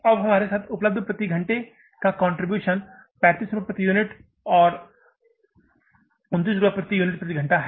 इसलिए हमारे साथ उपलब्ध प्रति घंटे का कंट्रीब्यूशन 35 रुपये प्रति यूनिट और 29 रुपये प्रति यूनिट है